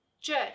Church